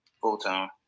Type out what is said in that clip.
full-time